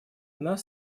нас